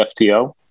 FTO